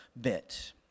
bit